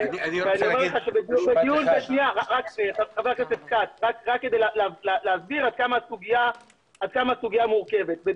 רק כדי להסביר עד כמה הסוגיה מורכבת אני